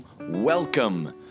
welcome